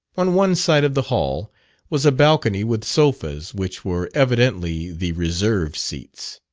on one side of the hall was a balcony with sofas, which were evidently the reserved seats.